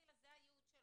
שמלכתחילה זה הייעוד שלו,